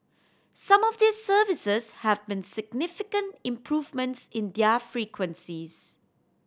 some of these services have seen significant improvements in their frequencies